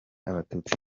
abatutsi